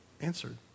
answered